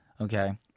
Okay